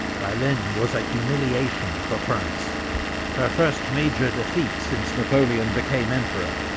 bailen was a humiliation for france her first major defeat since napoleon became emperor.